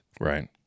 Right